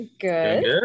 Good